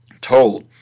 told